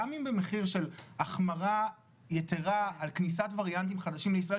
שגם במחיר של החמרה יתרה על כניסת וריאנטים חדשים לישראל,